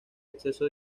acceso